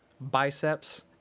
biceps